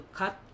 cut